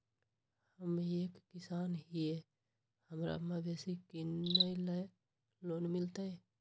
हम एक किसान हिए हमरा मवेसी किनैले लोन मिलतै?